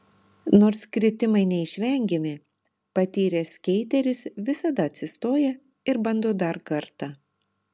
nors kritimai neišvengiami patyręs skeiteris visada atsistoja ir bando dar kartą